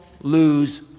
lose